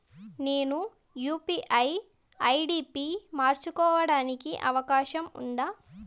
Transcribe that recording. నేను UPI ID పి మార్చుకోవడానికి అవకాశం ఉందా?